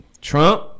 Trump